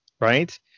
right